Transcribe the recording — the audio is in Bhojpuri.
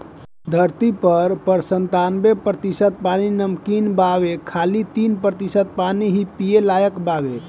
धरती पर पर संतानबे प्रतिशत पानी नमकीन बावे खाली तीन प्रतिशत पानी ही पिए लायक बावे